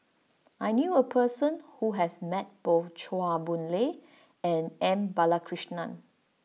I knew a person who has met both Chua Boon Lay and M Balakrishnan